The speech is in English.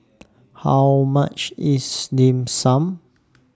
How much IS Dim Sum